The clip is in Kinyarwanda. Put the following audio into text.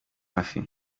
hafi